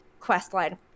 questline